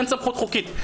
אין סמכות חוקית.